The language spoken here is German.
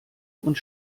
und